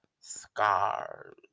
scars